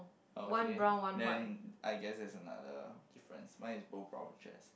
okay then I guess there is another difference mine is both brown chairs